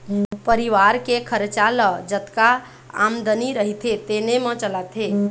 परिवार के खरचा ल जतका आमदनी रहिथे तेने म चलाथे